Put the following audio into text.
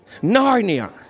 Narnia